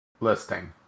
listing